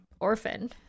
Orphan